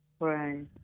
Right